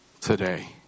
today